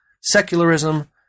secularism